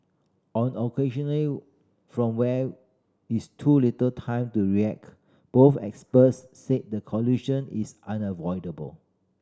on occasional from where is too little time to react both experts said the collision is unavoidable